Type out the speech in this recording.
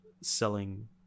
selling